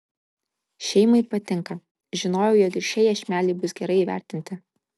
šeimai patinka žinojau jog ir šie iešmeliai bus gerai įvertinti